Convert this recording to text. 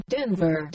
Denver